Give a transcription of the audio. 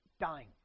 dying